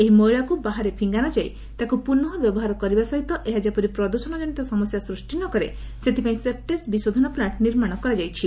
ଏହି ମଇଳାକୁ ବାହାରେ ଫିଙ୍ଗା ନ ଯାଇ ତାକୁ ପୁନଃ ବ୍ୟବହାର କରିବା ସହିତ ଏହା ଯେପରି ପ୍ରଦୃଷଣ ଜନିତ ସମସ୍ୟା ସୃଷ୍ଟି ନ କରେ ସେଥିପାଇଁ ସେପ୍ଟେଜ୍ ବିଶୋଧନ ପ୍ଲାଙ୍କ ନିର୍ମାଣ କରାଯାଉଛି